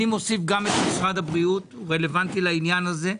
אני מוסיף גם את משרד הבריאות הוא רלוונטי לעניין הזה,